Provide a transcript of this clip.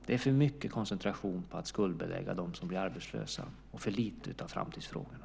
Det är för mycket koncentration på att skuldbelägga dem som blir arbetslösa och för lite på framtidsfrågorna.